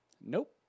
Nope